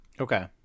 Okay